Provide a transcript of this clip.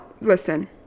listen